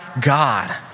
God